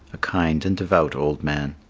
a kind and devout old man.